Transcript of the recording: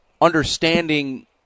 understanding